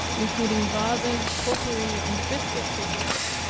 including vases, potpourri, and biscuit figures,